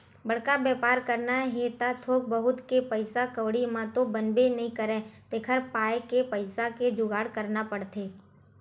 बड़का बेपार करना हे त थोक बहुत के पइसा कउड़ी म तो बनबे नइ करय तेखर पाय के पइसा के जुगाड़ करना पड़थे